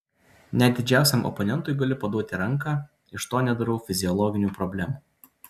net didžiausiam oponentui galiu paduoti ranką iš to nedarau fiziologinių problemų